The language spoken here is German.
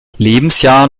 lebensjahr